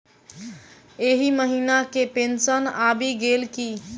एहि महीना केँ पेंशन आबि गेल की